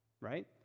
right